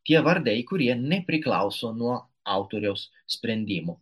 tie vardai kurie nepriklauso nuo autoriaus sprendimo